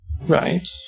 Right